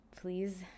please